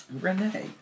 Renee